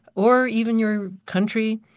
or even your country,